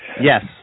Yes